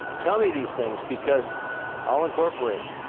tell me these things because i'll incorporate and